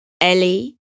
Ellie